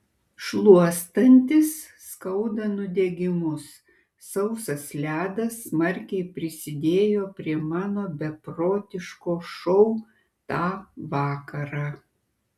šluostantis skauda nudegimus sausas ledas smarkiai prisidėjo prie mano beprotiško šou tą vakarą